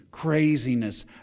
craziness